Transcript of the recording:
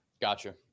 Gotcha